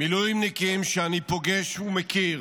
פוגש ומכיר